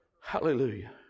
Hallelujah